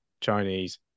Chinese